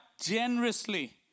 Generously